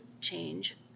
change